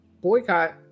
boycott